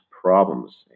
Problems